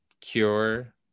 cure